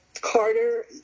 Carter